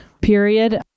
period